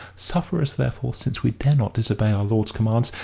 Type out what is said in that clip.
suffer us, therefore, since we dare not disobey our lord's commands,